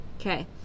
Okay